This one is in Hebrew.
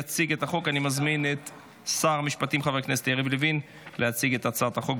אני מזמין את שר המשפטים וחבר הכנסת יריב לוין להציג את הצעת החוק.